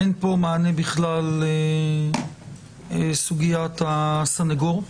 אין פה מענה בכלל לסוגיית הסנגור.